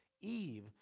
Eve